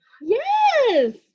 Yes